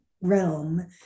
realm